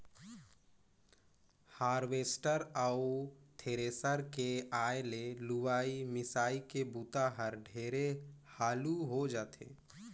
harvester अउ thresher के आए ले लुवई, मिंसई के बूता हर ढेरे हालू हो जाथे